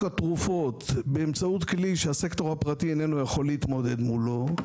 התרופות באמצעות כלי שהסקטור הפרטי איננו יכול להתמודד מולו,